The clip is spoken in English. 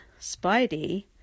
Spidey